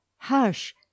hush